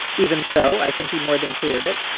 even so, i think he more than cleared it.